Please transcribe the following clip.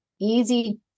easy